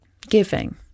giving